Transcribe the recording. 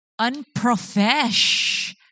Unprofesh